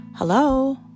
Hello